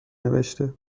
نوشته